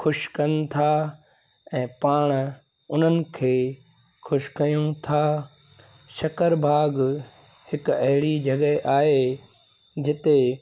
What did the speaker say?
ख़ुशि कनि था ऐं पाण उन्हनि खे ख़ुशि कयूं था शक्करबाग़ हिक अहिड़ी जॻहि आहे जिते